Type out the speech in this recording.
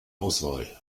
auswahl